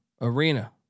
Arena